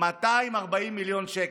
240 מיליון שקל.